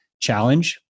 challenge